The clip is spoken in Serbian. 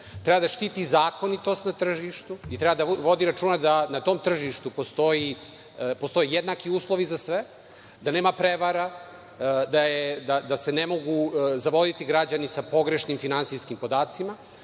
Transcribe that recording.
treba da štiti zakonitost na tržištu i treba da vodi računa da na tom tržištu postoje jednaki uslovi za sve, da nema prevara, da se ne mogu zavoditi građani sa pogrešnim finansijskim podacima.